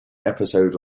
episode